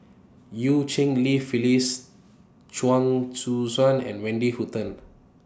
EU Cheng Li Phyllis Chuang Hui Tsuan and Wendy Hutton